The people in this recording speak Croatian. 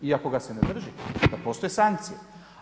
I ako ga se ne drži da postoje sankcije.